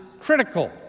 critical